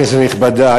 כנסת נכבדה,